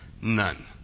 none